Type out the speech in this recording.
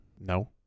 No